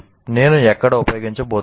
నేను ఎక్కడ ఉపయోగించబోతున్నాను